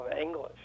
English